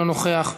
אינו נוכח,